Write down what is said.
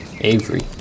Avery